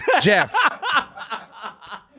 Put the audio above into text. Jeff